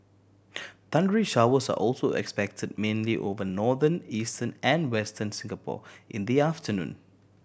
thundery showers are also expected mainly over northern eastern and Western Singapore in the afternoon